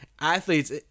athletes